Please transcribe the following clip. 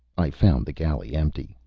i found the galley empty.